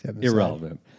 Irrelevant